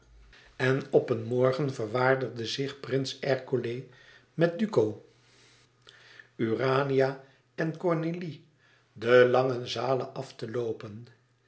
en op een morgen verwaardigde zich prins ercole met duco urania en cornélie de lange zalen af te loopen